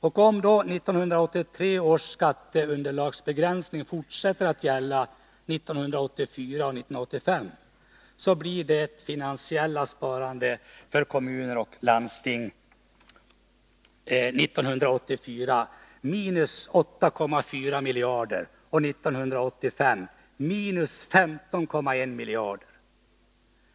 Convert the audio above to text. Om 1983 års skatteunderlagsbegränsning fortsätter att gälla 1984 och 1985, blir det finansiella sparandet för kommuner och landsting 1984 — 8,4 miljarder och 1985 — 15,1 miljarder.